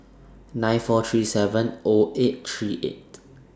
nine four three seven O eight three eight